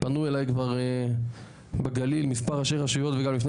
פנו אליי כבר בגליל מספר ראשי רשויות גם לפני